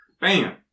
Bam